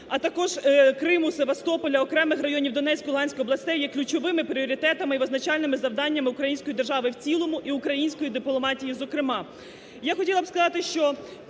а також Криму, Севастополя, окремих районів Донецької і Луганської областей, є ключовими пріоритетами і визначальними завданнями української держави в цілому і української дипломатії зокрема. Я хотіла б сказати, що